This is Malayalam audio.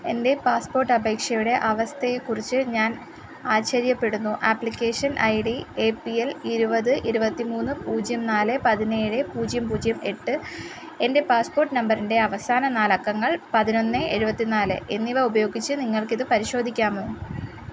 എൻ്റെ പാസ്പോർട്ട് അപേക്ഷയുടെ അവസ്ഥയെക്കുറിച്ച് ഞാൻ ആശ്ചര്യപ്പെടുന്നു application I D A P L ഇരുപത് ഇരുപത്തി മൂന്ന് പൂജ്യം നാല് പതിനേഴ് പൂജ്യം പൂജ്യം എട്ട് എൻ്റെ പാസ്പോർട്ട് നമ്പറിൻ്റെ അവസാന നാലക്കങ്ങൾ പതിനൊന്ന് എഴുപത്തി നാല് എന്നിവ ഉപയോഗിച്ച് നിങ്ങൾക്കിത് പരിശോധിക്കാമോ